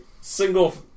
single